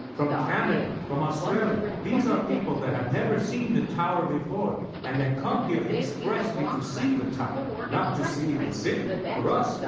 from canada, from australia. these are people that have never seen the tower before, and they come here expressly to see the tower. not to see the city. for us,